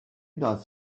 does